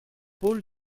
paul